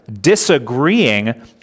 disagreeing